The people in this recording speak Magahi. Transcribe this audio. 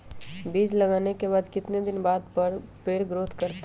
बीज लगाने के बाद कितने दिन बाद पर पेड़ ग्रोथ करते हैं?